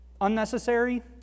Unnecessary